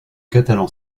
catalan